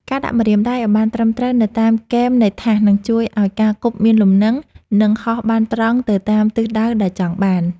ការដាក់ម្រាមដៃឱ្យបានត្រឹមត្រូវនៅតាមគែមនៃថាសនឹងជួយឱ្យការគប់មានលំនឹង និងហោះបានត្រង់ទៅតាមទិសដៅដែលចង់បាន។